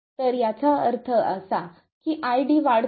तर याचा अर्थ असा की ID वाढतो